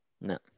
No